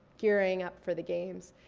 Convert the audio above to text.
gearing up for the games.